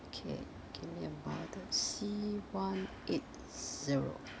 okay okay about C one eight zero